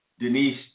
Denise